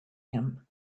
him